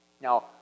Now